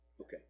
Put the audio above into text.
Okay